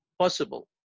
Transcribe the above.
possible